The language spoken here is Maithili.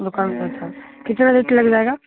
अच्छा कितना रेट लग जाएगा